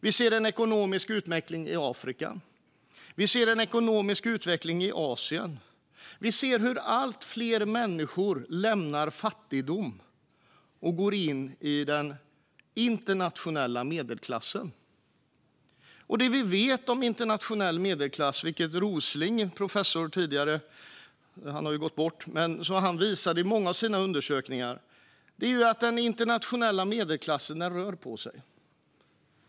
Vi ser en ekonomisk utveckling i Afrika. Vi ser en ekonomisk utveckling i Asien. Vi ser hur allt fler människor lämnar fattigdom och går in i den internationella medelklassen. Det som vi vet om internationell medelklass, och som professor Rosling, numera bortgången, visade i många av sina undersökningar, är att den rör på sig.